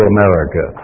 America